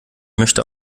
möchte